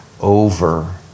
over